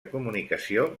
comunicació